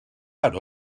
out